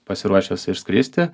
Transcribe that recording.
pasiruošęs išskristi